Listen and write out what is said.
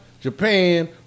Japan